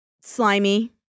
slimy